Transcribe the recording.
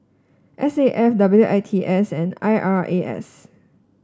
S A F W I T S and I R A S